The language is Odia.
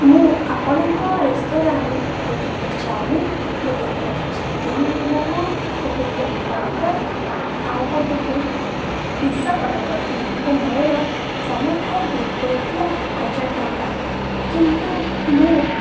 ମୁଁ ଆପଣଙ୍କ ରେଷ୍ଟୁରାଣ୍ଟ ଗୋଟେ ପ୍ଲେଟ୍ ଚାୱମିନ୍ ଗୋଟେ ପ୍ଲେଟ୍ ଚିକେନ୍ ମୋମୋ ଗୋଟେ ପ୍ଲେଟ୍ ବର୍ଗର୍ ଆଉ ଗୋଟେ ପ୍ଲେଟ୍ ପୀଜ୍ଜା ଅର୍ଡ଼ର କରିଥିଲି ଓ ମୋର ସମୁଦାୟ ବିଲ୍ ହୋଇଥିଲା ହଜାର ଟଙ୍କା କିନ୍ତୁ ମୁଁ